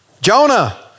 Jonah